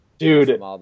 Dude